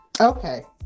Okay